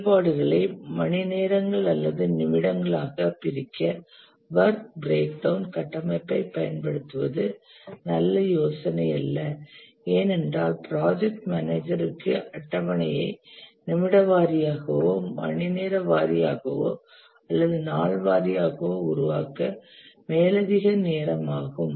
செயல்பாடுகளை மணிநேரங்கள் அல்லது நிமிடங்களாக பிரிக்க வொர்க் பிரேக் டவுண் கட்டமைப்பைப் பயன்படுத்துவது நல்ல யோசனையல்ல ஏனென்றால் ப்ராஜெக்ட் மேனேஜர் க்கு அட்டவணையை நிமிட வாரியாகவோ மணிநேர வாரியாகவோ அல்லது நாள் வாரியாகவோ உருவாக்க மேலதிக நேரம் ஆகும்